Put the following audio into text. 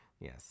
Yes